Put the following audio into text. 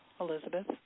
Elizabeth